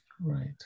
right